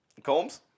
Combs